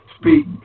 speak